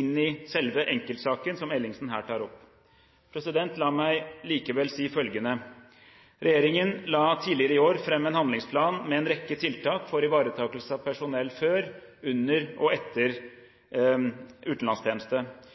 inn i selve enkeltsaken som Ellingsen her tar opp. La meg likevel si følgende: Regjeringen la tidligere i år fram en handlingsplan med en rekke tiltak for ivaretakelse av personell før, under og etter utenlandstjeneste.